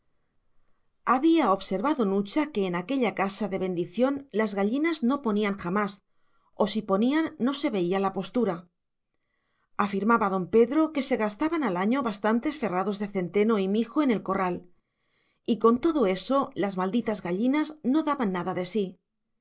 había observado nucha que en aquella casa de bendición las gallinas no ponían jamás o si ponían no se veía la postura afirmaba don pedro que se gastaban al año bastantes ferrados de centeno y mijo en el corral y con todo eso las malditas gallinas no daban nada de sí